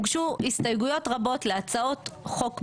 הוגשו הסתייגויות רבות להצעות חוק מסוימות.